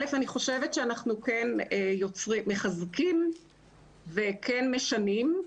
א', אני חושבת שאנחנו כן מחזקים וכן משנים.